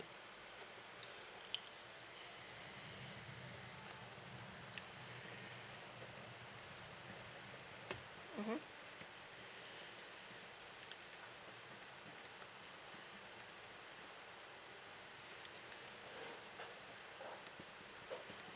mmhmm